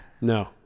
No